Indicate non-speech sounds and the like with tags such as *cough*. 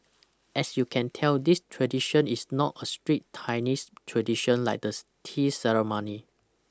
as you can tell this tradition is not a strict Chinese tradition like the *hesitation* tea ceremony